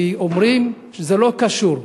כי אומרים שזה לא קשור,